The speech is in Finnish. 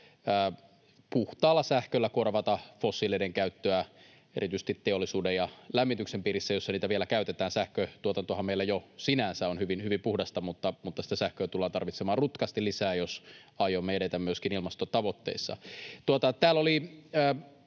puhtaalla sähköllä korvata fossiileiden käyttöä erityisesti teollisuuden ja lämmityksen piirissä, missä niitä vielä käytetään. Sähköntuotantohan meillä jo sinänsä on hyvin puhdasta, mutta sähköä tullaan tarvitsemaan rutkasti lisää, jos aiomme edetä myöskin ilmastotavoitteissa.